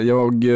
Jag